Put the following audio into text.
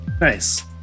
Nice